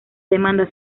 demanda